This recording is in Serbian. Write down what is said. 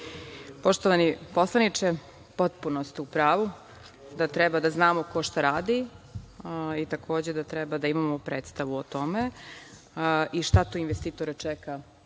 Poštovani poslaniče, potpuno ste u pravu da treba da znamo ko šta radi, ali takođe i da treba da imamo predstavu o tome i šta tu investitore čeka